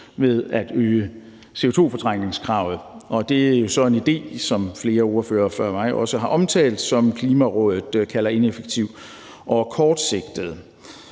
ved at øge CO2-fortrængningskravet, og det er jo så en idé, som flere ordførere før mig også har omtalt, som Klimarådet kalder ineffektiv og kortsigtet.